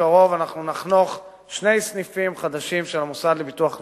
בקרוב אנחנו נחנוך שני סניפים חדשים של המוסד לביטוח לאומי,